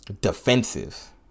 defensive